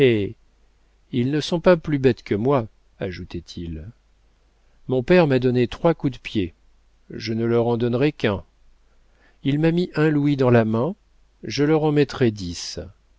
ils ne sont pas plus bêtes que moi ajoutait-il mon père m'a donné trois coups de pied je ne leur en donnerai qu'un il m'a mis un louis dans la main je leur en mettrai dix